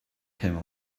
him